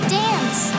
dance